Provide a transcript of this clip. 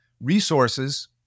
resources